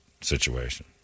situation